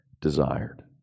desired